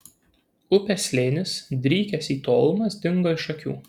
upės slėnis drykęs į tolumas dingo iš akių